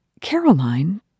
Caroline